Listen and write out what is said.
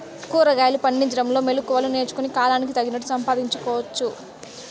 కూరగాయలు పండించడంలో మెళకువలు నేర్చుకుని, కాలానికి తగినట్లు సంపాదించు తెలుసుకోవచ్చు